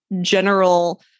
general